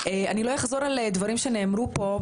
אני לא אחזור על דברים שנאמרו פה,